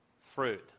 fruit